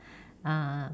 uh